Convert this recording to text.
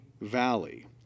Valley